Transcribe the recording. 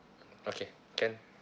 okay can